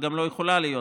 וגם לא יכולה להיות.